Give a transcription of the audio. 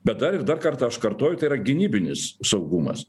bet dar ir dar kartą aš kartoju tai yra gynybinis saugumas